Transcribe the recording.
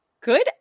Good